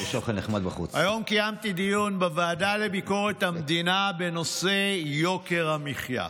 היום קיימתי דיון בוועדה לביקורת המדינה בנושא יוקר המחיה.